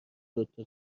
دوتا